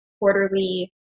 quarterly